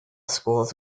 schools